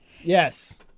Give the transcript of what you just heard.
yes